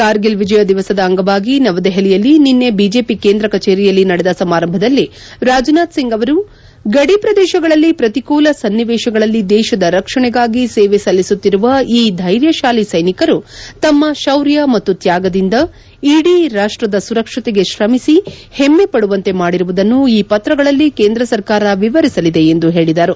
ಕಾರ್ಗಿಲ್ ವಿಜಯ ದಿವಸದ ಅಂಗವಾಗಿ ನವದೆಹಲಿಯಲ್ಲಿ ನಿನ್ನೆ ಬಿಜೆಪಿ ಕೇಂದ್ರ ಕಚೇರಿಯಲ್ಲಿ ನಡೆದ ಸಮಾರಂಭದಲ್ಲಿ ರಾಜನಾಥ್ ಸಿಂಗ್ ಅವರು ಗಡಿ ಪ್ರದೇಶಗಳಲ್ಲಿ ಪ್ರತಿಕೂಲ ಸ್ನಾವೇಶಗಳಲ್ಲಿ ದೇಶದ ರಕ್ಷಣೆಗಾಗಿ ಸೇವೆ ಸಲ್ಲಿಸುತ್ತಿರುವ ಈ ಧ್ವೆರ್ಯತಾಲಿ ಸ್ನೆನಿಕರು ತಮ್ನ ಶೌರ್ಯ ಮತ್ತು ತ್ನಾಗದಿಂದ ಇಡೀ ರಾಷ್ಟದ ಸುರಕ್ಷತೆಗೆ ತ್ರಮಿಸಿ ಹೆಮ್ನೆ ಪಡುವಂತೆ ಮಾಡಿರುವುದನ್ನು ಈ ಪತ್ರಗಳಲ್ಲಿ ಕೇಂದ್ರ ಸರ್ಕಾರ ವಿವರಿಸಲಿದೆ ಎಂದು ಹೇಳಿದರು